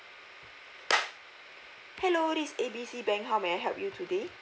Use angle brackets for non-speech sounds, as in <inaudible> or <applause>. <noise> hello this A B C bank how may I help you today